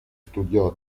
studiò